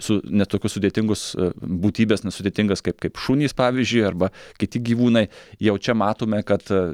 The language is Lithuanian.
su ne tokius sudėtingus būtybes nesudėtingas kaip kaip šunys pavyzdžiui arba kiti gyvūnai jau čia matome kad